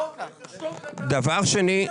דבר שני.